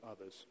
others